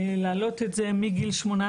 צריך להעלות את זה בגיל 18